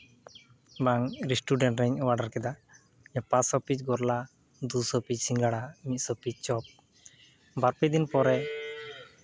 ᱵᱟᱝ ᱨᱮᱥᱴᱩᱨᱮᱱᱴ ᱨᱤᱧ ᱚᱰᱟᱨ ᱠᱮᱫᱟ ᱯᱟᱸᱪ ᱥᱚ ᱯᱤᱥ ᱨᱚᱥᱚᱜᱚᱨᱞᱟ ᱫᱩᱥᱚ ᱯᱤᱥ ᱥᱤᱸᱜᱟᱹᱲᱟ ᱢᱤᱫ ᱥᱚ ᱯᱤᱥ ᱪᱚᱯ ᱵᱟᱨᱼᱯᱮ ᱫᱤᱱ ᱯᱚᱨᱮ